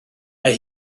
mae